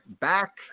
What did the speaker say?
back